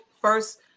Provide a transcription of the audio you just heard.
first